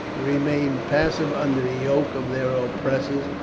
remained passive under the yoke of their oppressors,